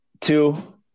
Two